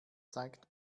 zeigt